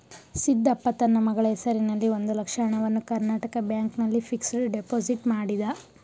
ಸಿದ್ದಪ್ಪ ತನ್ನ ಮಗಳ ಹೆಸರಿನಲ್ಲಿ ಒಂದು ಲಕ್ಷ ಹಣವನ್ನು ಕರ್ನಾಟಕ ಬ್ಯಾಂಕ್ ನಲ್ಲಿ ಫಿಕ್ಸಡ್ ಡೆಪೋಸಿಟ್ ಮಾಡಿದ